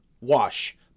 wash